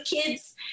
kids